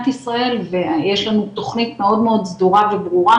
ישראל ויש לנו תוכנית מאוד סדורה וברורה